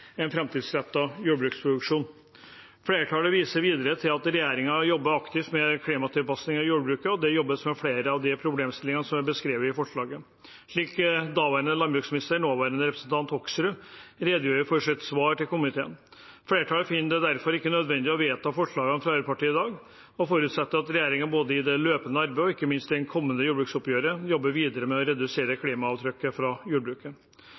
En fremtidsrettet jordbruksproduksjon. Flertallet viser videre til at regjeringen jobber aktivt med klimatilpasninger av jordbruket. Det jobbes med flere av de problemstillingene som er beskrevet i forslaget, slik daværende landbruksminister Hoksrud, nåværende representant, redegjorde for i sitt svar til komiteen. Flertallet finner det derfor ikke nødvendig å vedta forslagene fra Arbeiderpartiet i dag, og forutsetter at regjeringen, både i det løpende arbeidet og ikke minst i det kommende jordbruksoppgjøret, jobber videre med å redusere klimaavtrykket fra jordbruket.